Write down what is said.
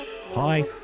Hi